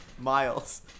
miles